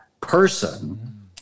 person